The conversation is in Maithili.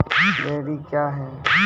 डेयरी क्या हैं?